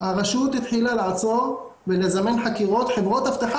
הרשות התחילה לעצור ולזמן חקירות חברות אבטחה